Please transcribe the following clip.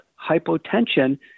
hypotension